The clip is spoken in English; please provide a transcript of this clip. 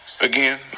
Again